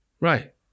right